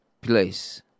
place